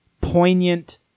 poignant